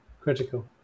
Critical